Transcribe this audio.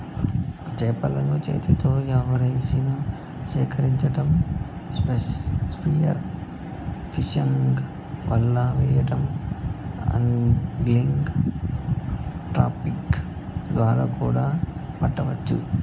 చేపలను చేతితో ఎరవేసి సేకరించటం, స్పియర్ ఫిషింగ్, వల వెయ్యడం, ఆగ్లింగ్, ట్రాపింగ్ ద్వారా కూడా పట్టవచ్చు